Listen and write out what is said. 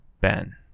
Ben